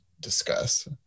discuss